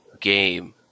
game